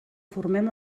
formem